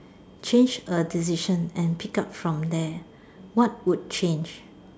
change a decision and pick up from there what would change